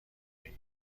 بگیر